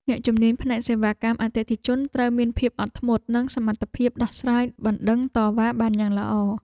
អ្នកជំនាញផ្នែកសេវាកម្មអតិថិជនត្រូវមានភាពអត់ធ្មត់ និងសមត្ថភាពដោះស្រាយបណ្តឹងតវ៉ាបានយ៉ាងល្អ។